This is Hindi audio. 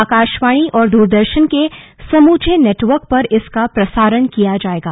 आकाशवाणी और दूरदर्शन के समूचे नेटवर्क पर इसका प्रसारण किया जायेगा